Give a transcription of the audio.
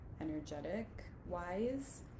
energetic-wise